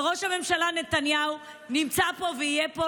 וראש הממשלה נתניהו נמצא פה ויהיה פה